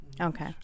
Okay